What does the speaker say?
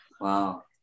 Wow